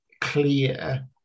clear